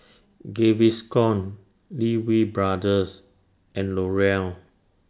Gaviscon Lee Wee Brothers and L'Oreal